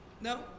No